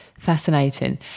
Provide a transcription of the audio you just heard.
Fascinating